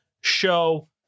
show